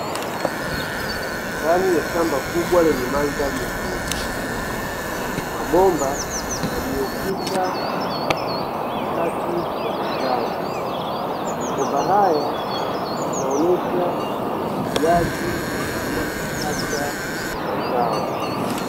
Ndani ya shamba kubwa lenye mandhari nzuri, mabomba yaliyopita katikati ya mazao, mabomba haya yanaonyesha umwagiliaji wa kisasa wa mazao.